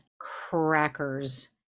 Crackers